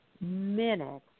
minute